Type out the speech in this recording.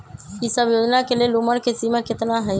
ई सब योजना के लेल उमर के सीमा केतना हई?